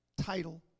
title